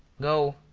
go,